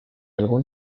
algún